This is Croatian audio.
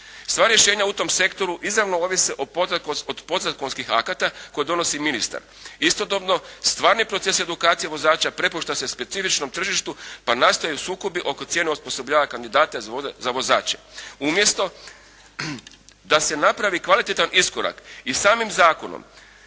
Sva rješenja u tom sektoru izravno ovise od podzakonskih akata koje donosi ministar. Istodobno, stvarni proces edukacije vozača prepušta se specifičnom tržištu pa nastaju sukobi oko cijene osposobljavanja kandidata za vozače umjesto da se napravi kvalitetan iskorak i samim zakonom